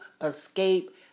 escape